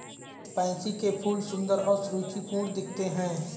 pansy के फूल सुंदर और सुरुचिपूर्ण दिखते हैं